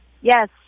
Yes